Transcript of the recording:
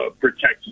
protect